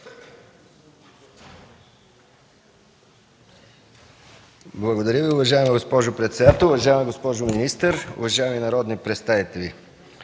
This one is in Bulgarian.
Благодаря Ви, уважаема госпожо председател. Уважаема госпожо министър, уважаеми народни представители!